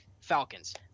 Falcons